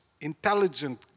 intelligent